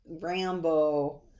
Rambo